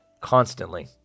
Constantly